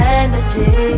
energy